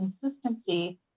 consistency